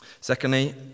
Secondly